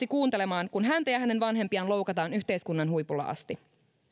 lapsi kuuntelemaan kun häntä ja hänen vanhempiaan loukataan yhteiskunnan huipulla asti